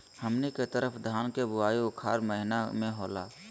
हमनी के तरफ धान के बुवाई उखाड़ महीना में होला